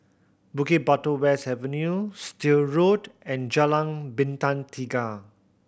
Bukit Batok West Avenue Still Road and Jalan Bintang Tiga